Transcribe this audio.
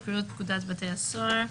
יקראו את פקודת בתי הסוהר ,